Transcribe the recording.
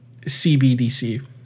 CBDC